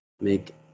make